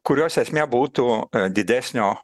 kurios esmė būtų didesnio